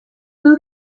who